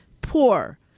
poor